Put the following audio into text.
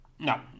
No